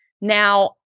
Now